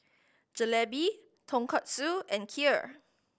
Jalebi Tonkatsu and Kheer